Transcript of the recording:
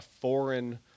foreign